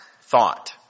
thought